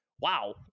wow